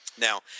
Now